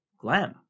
glam